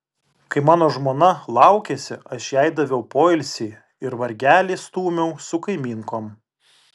kai mano žmona laukėsi aš jai daviau poilsį ir vargelį stūmiau su kaimynkom